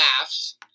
laughs